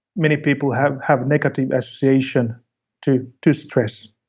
many people have have negative association to to stress.